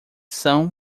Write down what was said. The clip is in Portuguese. são